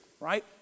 right